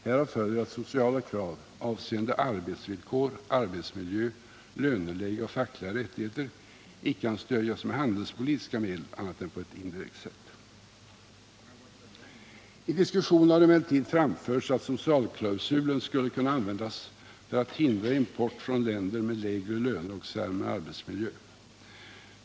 Härav följer att sociala krav, avseende arbetsvillkor, arbetsmiljö, löneläge och fackliga rättigheter, icke kan stödjas med handelspolitiska medel annat än på ett indirekt sätt. I diskussionen har emellertid framförts att socialklausulen skulle kunna användas för att hindra import från länder med lägre löner och sämre arbetsmiljö.